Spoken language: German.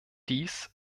dies